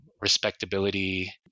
respectability